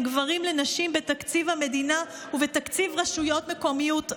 גברים לנשים בתקציב המדינה ובתקציב רשויות מקומיות.